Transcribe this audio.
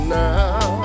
now